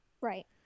right